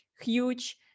huge